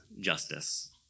justice